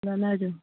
नेने जो